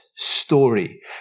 story